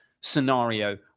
scenario